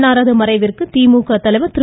அவரது மறைவிற்கு திமுக தலைவர் திரு